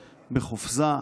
בחופזה,